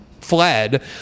fled